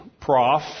prof